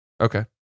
Okay